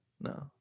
no